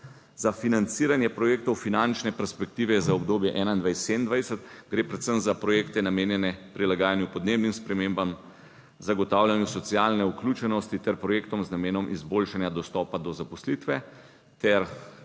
za financiranje projektov finančne perspektive za obdobje 2021-2027, gre predvsem za projekte, namenjene prilagajanju podnebnim spremembam, zagotavljanju socialne vključenosti ter projektom z namenom izboljšanja dostopa do zaposlitve ter